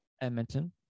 Edmonton